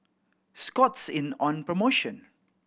Scott's in on promotion